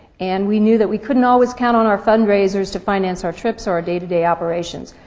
and we knew that we couldn't always count on our fundraisers to finance our trips or our day-to-day operations,